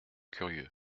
curieux